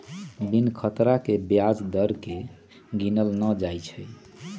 बिनु खतरा के ब्याज दर केँ गिनल न जाइ छइ